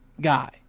guy